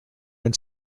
when